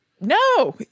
no